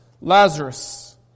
Lazarus